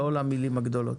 לא למילים הגדולות.